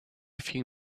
few